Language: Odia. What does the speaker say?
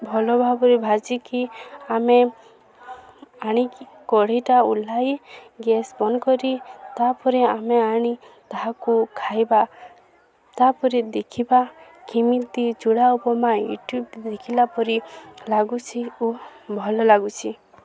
ଭଲ ଭାବରେ ଭାଜିକି ଆମେ ଆଣିକି କଢ଼େଇଟା ଓହ୍ଲାଇ ଗ୍ୟାସ୍ ବନ୍ଦ କରି ତା'ପରେ ଆମେ ଆଣି ତାହାକୁ ଖାଇବା ତା'ପରେ ଦେଖିବା କେମିତି ଚୂଡ଼ା ଉପମା ୟୁ ଟ୍ୟୁବ୍ ଦେଖିଲା ପରେ ଲାଗୁଛି ଓ ଭଲ ଲାଗୁଛି